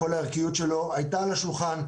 כל הערכיות שלו הייתה על השולחן.